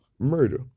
Murder